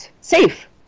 safe